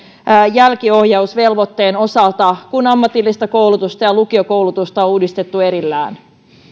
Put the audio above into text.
jälkiohjausvelvoitteen osalta kun ammatillista koulutusta ja lukiokoulutusta on uudistettu erillään